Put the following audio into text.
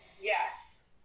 yes